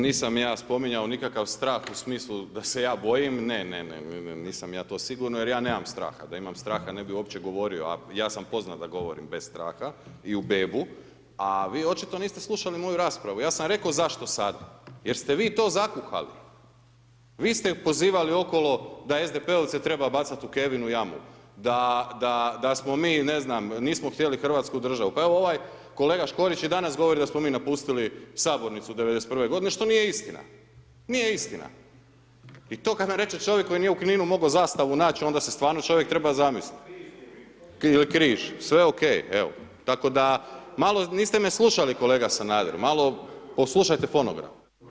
Nisam ja spominjao nikakav strah u smislu da se ja bojim, ne, ne, ne, nisam ja to sigurno jer ja nemam straha, da imam straha, ne bih uopće govorio, a ja sam poznat da govorim bez straha i u bebu, a vi očito niste slušali moju raspravu, ja sam rekao zašto sada, jer ste vi to zakuhali, vi ste ju pozivali okolo da SDP-ovce treba bacati u kevinu jamu, da smo mi, ne znam, nismo htjeli RH državu, pa evo ovaj kolega Škorić i danas govori da smo mi napustili Sabornicu 91.-ve godine, što nije istina, nije istina i to kada nam reče čovjek koji nije u Kninu mogao zastavu naći, onda se stvarno čovjek treba zamisliti, ili križ, sve je ok, evo, tako da, malo, niste me slušali kolega Sanader, malo poslušajte fonogram.